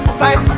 fight